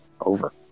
over